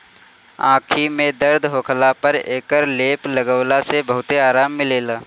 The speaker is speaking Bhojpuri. आंखी में दर्द होखला पर एकर लेप लगवला से बहुते आराम मिलेला